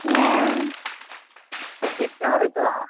হ্যাঁ তো শিখতে হবে তো